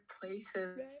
places